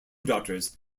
daughters